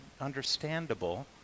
understandable